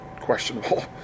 questionable